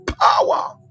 power